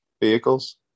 Vehicles